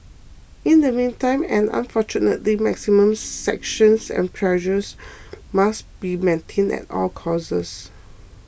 in the meantime and unfortunately maximum sanctions and pressure must be maintained at all costs